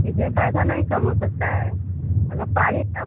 इसमें पैसा नहीं कम हो सकता है अगर पानी अब